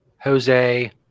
Jose